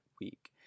week